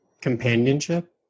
Companionship